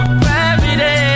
gravity